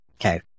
okay